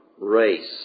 race